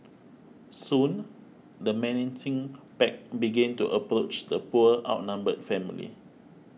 soon the menacing pack began to approach the poor outnumbered family